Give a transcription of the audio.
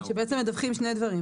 כשבעצם מדווחים שני דברים,